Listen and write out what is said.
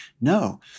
No